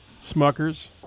Smuckers